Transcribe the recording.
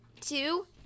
two